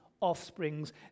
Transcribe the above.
offsprings